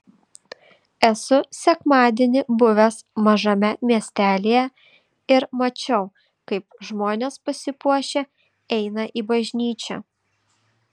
esu sekmadienį buvęs mažame miestelyje ir mačiau kaip žmonės pasipuošę eina į bažnyčią